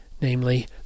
namely